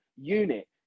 unit